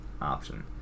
option